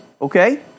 okay